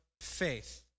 faith